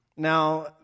Now